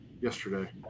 yesterday